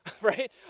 right